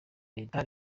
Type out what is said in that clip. leta